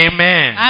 Amen